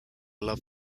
love